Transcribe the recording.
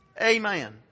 Amen